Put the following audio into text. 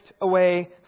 away